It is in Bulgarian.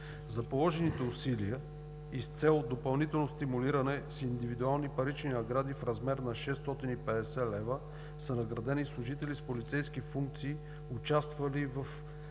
За положените усилия и с цел допълнително стимулиране с индивидуални парични награди в размер на 650 лв. са наградени служители с полицейски функции, участвали в